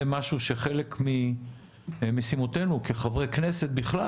זה משהו שחלק ממשימותינו כחברי כנסת בכלל,